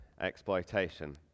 exploitation